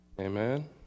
Amen